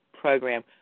program